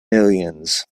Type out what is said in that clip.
millions